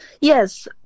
Yes